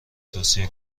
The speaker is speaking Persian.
توصیه